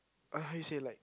uh how you say like